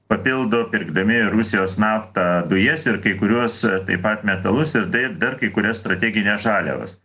papildo pirkdami rusijos naftą dujas ir kai kuriuos taip pat metalus ir tai dar kai kurias strategines žaliavas